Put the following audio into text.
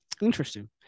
Interesting